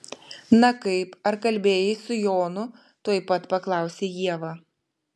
na kaip ar kalbėjai su jonu tuoj pat paklausė ieva